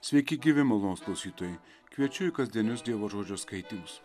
sveiki gyvi malonūs klausytojai kviečiu į kasdienius dievo žodžio skaitymus